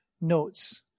notes